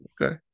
Okay